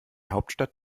hauptstadt